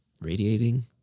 radiating